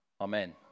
Amen